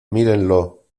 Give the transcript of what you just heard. mírenlo